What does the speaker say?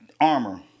armor